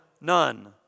none